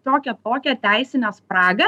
tokią tokią teisinę spragą